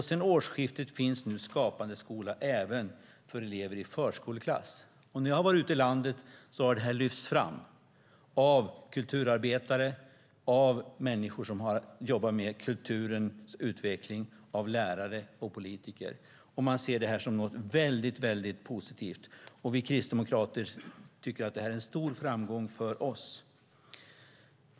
Sedan årsskiftet finns nu Skapande skola även för elever i förskoleklass. När jag varit ute i landet har det här lyfts fram av kulturarbetare och människor som jobbar med kulturens utveckling, av lärare och politiker. Man ser det här som något väldigt positivt. Vi kristdemokrater tycker att detta är en stor framgång för oss.